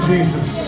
Jesus